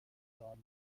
مراقب